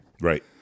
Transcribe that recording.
right